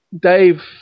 Dave